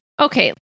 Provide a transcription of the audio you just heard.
Okay